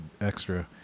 extra